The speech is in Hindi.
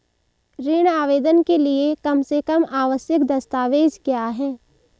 ऋण आवेदन के लिए कम से कम आवश्यक दस्तावेज़ क्या हैं?